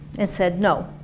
and said no.